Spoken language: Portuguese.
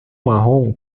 marrom